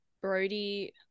Brody